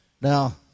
now